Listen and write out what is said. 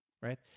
right